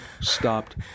stopped